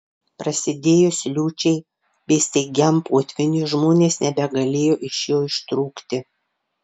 prasidėjus liūčiai bei staigiam potvyniui žmonės nebegalėjo iš jo ištrūkti